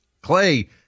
clay